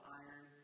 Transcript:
iron